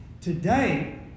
Today